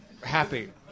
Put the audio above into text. happy